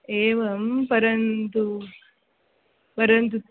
एवं परन्तु परन्तु